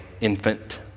infant